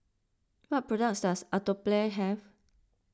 what products does Atopiclair have